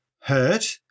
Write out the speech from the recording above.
hurt